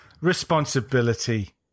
Responsibility